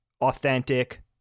authentic